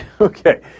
Okay